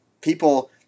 people